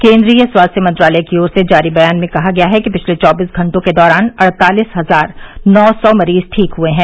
केंद्रीय स्वास्थ्य मंत्रालय की ओर से जारी बयान में कहा गया है कि पिछले चौबीस घंटों के दौरान अड़तालीस हजार नौ सौ मरीज ठीक हुए हैं